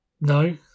No